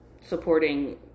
supporting